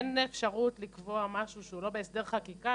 אין אפשרות לקבוע משהו שהוא לא בהסדר חקיקה,